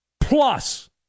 plus